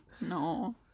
No